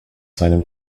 seinem